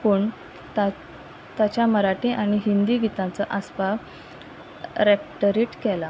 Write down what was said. पूण ता ताच्या मराठी आनी हिंदी गीतांचो आस्पाव रॅक्टरीट केला